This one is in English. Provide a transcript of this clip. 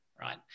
right